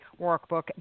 Workbook